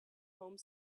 home